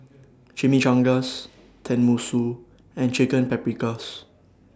Chimichangas Tenmusu and Chicken Paprikas